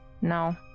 No